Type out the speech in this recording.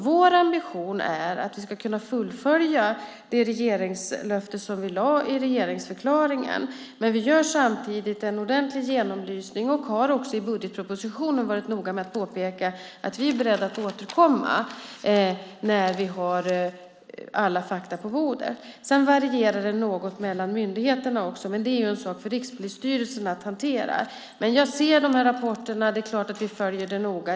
Vår ambition är att vi ska kunna fullfölja det regeringslöfte som vi avgav i regeringsförklaringen, men vi gör samtidigt en ordentlig genomlysning och har också i budgetpropositionen varit noga med att påpeka att vi är beredda att återkomma när vi har alla fakta på bordet. Sedan varierar det något mellan myndigheterna också, men det är en sak för Rikspolisstyrelsen att hantera. Jag ser de här rapporterna, och det är klart att vi följer detta noga.